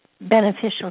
beneficial